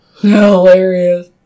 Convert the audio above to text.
hilarious